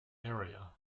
area